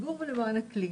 לכוון.